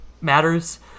matters